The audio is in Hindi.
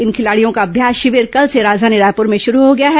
इन खिलाड़ियों का अभ्यास शिविर कल से राजघानी रायपुर में शुरू हो गया है